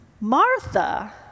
Martha